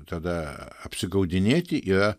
tada apsigaudinėti yra